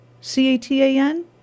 C-A-T-A-N